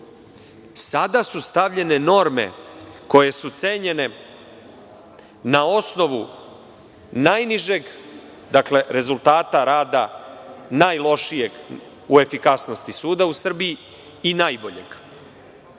Sada su stavljene norme koje su cenjene na osnovu najnižeg rezultata rada najlošijeg u efikasnosti suda u Srbiji i najboljeg.